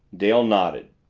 dale nodded.